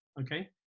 okay